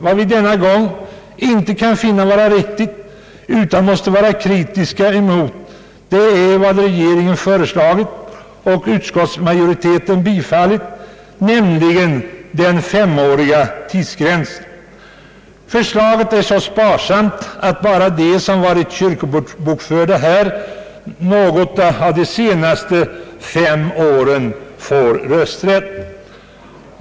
Vad vi däremot inte kan finna vara riktigt utan måste vara kritiska emot är regeringens förslag, som utskottsmajoriteten bifallit, om den femåriga tidsgränsen. Förslaget är så sparsamt att endast de som varit kyrkobokförda här något av de senaste fem åren får rösträtt.